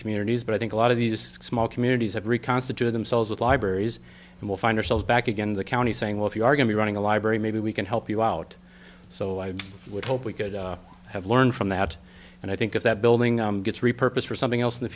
communities but i think a lot of these small communities have reconstituted themselves with libraries and we'll find ourselves back again the county saying well if you are going to be running a library maybe we can help you out so i would hope we could have learned from that and i think if that building gets repurposed or something else in the